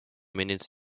minutes